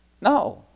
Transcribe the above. No